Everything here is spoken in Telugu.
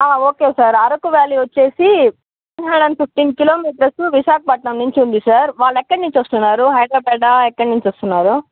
ఓకే సార్ అరకు వ్యాలీ వచ్చేసి two hundred fifteen kilometres Visakhapatnam నుంచి ఉంది సార్ వాళ్ళు ఎక్కడి నుంచి వస్తున్నారు హైదరాబాద్ ఎక్కడ నుంచి వస్తున్నారు